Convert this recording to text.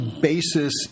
basis